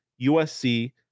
USC